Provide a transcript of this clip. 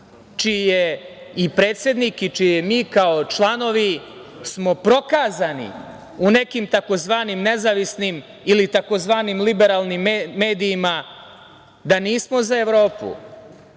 je i predsednik i mi kao članovi smo prokazani u nekim tzv. nezavisnim ili tzv. liberalnim medijima da nismo za Evropu,